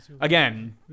Again